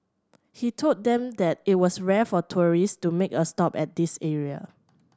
he told them that it was rare for tourist to make a stop at this area